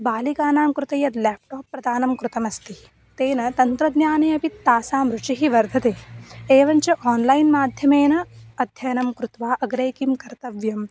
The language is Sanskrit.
बालिकानां कृते यद् लेप्टाप् प्रदानं कृतमस्ति तेन तन्त्रज्ञाने अपि तासां रुचिः वर्धते एवं च आन्लैन् माध्यमेन अध्ययनं कृत्वा अग्रे किं कर्तव्यं